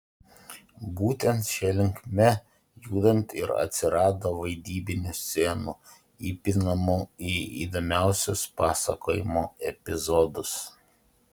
būtent šia linkme judant ir atsirado vaidybinių scenų įpinamų į įdomiausius pasakojimo epizodus